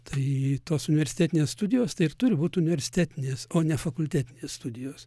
tai tos universitetinės studijos tai ir turi būt universitetinės o ne fakultetinės studijos